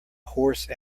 horse